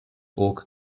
oak